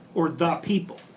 or the people,